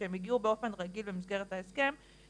כשהם הגיעו באופן רגיל במסגרת ההסכם,